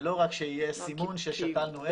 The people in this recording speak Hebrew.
ולא רק שיהיה סימון ששתלנו עץ.